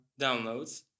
downloads